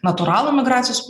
natūralų migracijos